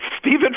Stephen